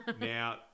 Now